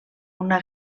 una